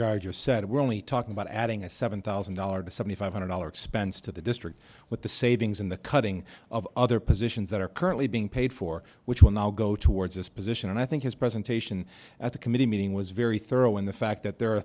geiger said we're only talking about adding a seven thousand dollars to seventy five hundred dollars expense to the district with the savings in the cutting of other positions that are currently being paid for which will now go towards this position and i think his presentation at the committee meeting was very thorough in the fact that there are